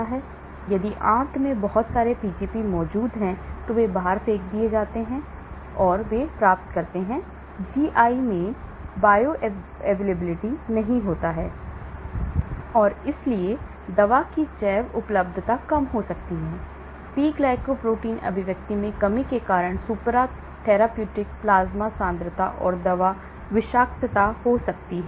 इसलिए यदि आंत में बहुत सारे पीजीपी मौजूद हैं तो वे बाहर फेंक दिए जाते हैं इसलिए वे प्राप्त करते हैं GI में bioavailability नहीं होता है और इसलिए दवा की जैव उपलब्धता कम हो सकती है इसलिए P glycoprotein अभिव्यक्ति में कमी के कारण supra therapeutic प्लाज्मा सांद्रता और दवा विषाक्तता हो सकती है